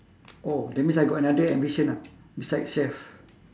oh that means I got another ambition ah besides chef